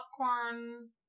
popcorn